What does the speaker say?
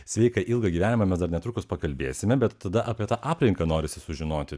sveiką ilgą gyvenimą mes dar netrukus pakalbėsime bet tada apie tą aplinką norisi sužinoti